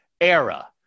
era